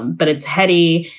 but it's heady.